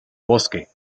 bosque